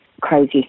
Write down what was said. crazy